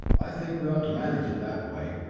i think we ought to manage it that way.